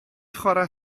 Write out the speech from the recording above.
chwarae